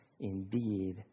indeed